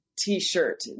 t-shirt